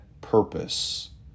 purpose